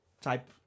type